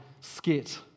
skit